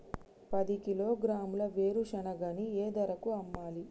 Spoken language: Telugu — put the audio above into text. పది కిలోగ్రాముల వేరుశనగని ఏ ధరకు అమ్మాలి?